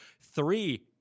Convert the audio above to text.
three